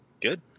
Good